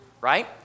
right